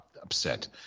upset